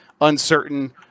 uncertain